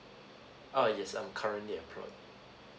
uh yes I'm currently employed